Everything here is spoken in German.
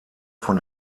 von